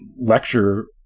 lecture